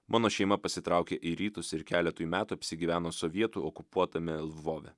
mano šeima pasitraukė į rytus ir keletui metų apsigyveno sovietų okupuotame lvove